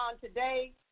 today